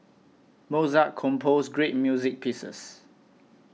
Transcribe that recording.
Mozart composed great music pieces